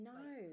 no